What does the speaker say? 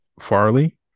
Farley